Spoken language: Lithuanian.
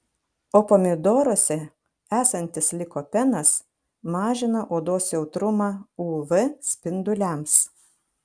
o pomidoruose esantis likopenas mažina odos jautrumą uv spinduliams